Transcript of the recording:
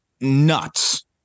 nuts